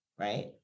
Right